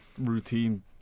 Routine